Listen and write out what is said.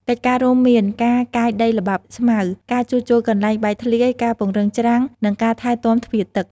កិច្ចការរួមមាន ការកាយដីល្បាប់ស្មៅ ការជួសជុលកន្លែងបែកធ្លាយ ការពង្រឹងច្រាំង និងការថែទាំទ្វារទឹក។